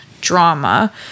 drama